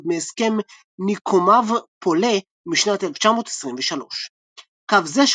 עוד מהסכם ניוקומב-פולה משנת 1923. קו זה,